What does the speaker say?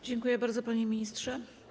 Dziękuję bardzo, panie ministrze.